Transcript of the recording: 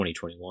2021